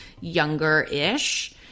younger-ish